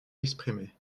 exprimée